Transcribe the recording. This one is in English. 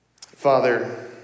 Father